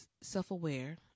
self-aware